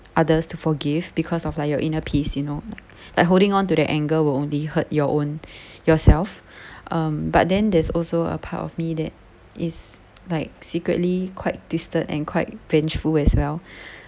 others to forgive because of like your inner peace you know like holding onto the anger will only hurt your own yourself um but then there's also a part of me that is like secretly quite twisted and quite vengeful as well